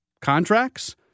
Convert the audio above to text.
contracts